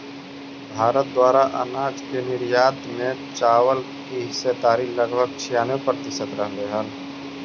भारत द्वारा अनाज के निर्यात में चावल की हिस्सेदारी लगभग छियानवे प्रतिसत रहलइ हल